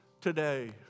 today